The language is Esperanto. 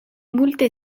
multe